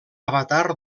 avatar